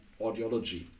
audiology